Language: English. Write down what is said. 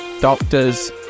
doctors